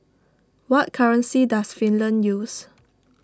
what currency does Finland use